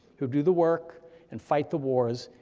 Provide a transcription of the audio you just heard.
who do the work and fight the wars,